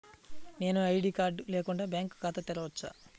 నేను ID card లేకుండా bank ఖాతా తెరవచ్చా?